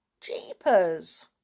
Jeepers